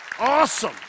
Awesome